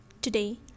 Today